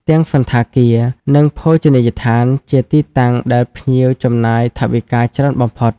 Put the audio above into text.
ទាំងសណ្ឋាគារ និងភោជនីយដ្ឋានជាទីតាំងដែលភ្ញៀវចំណាយថវិកាច្រើនបំផុត។